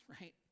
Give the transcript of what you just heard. right